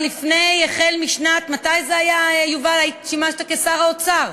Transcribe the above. החל משנת, מתי זה היה, יובל, ששימשת כשר האוצר?